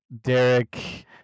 derek